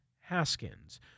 Haskins